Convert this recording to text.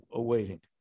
awaiting